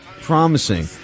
promising